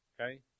Okay